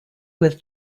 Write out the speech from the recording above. with